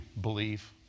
Believe